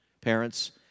Parents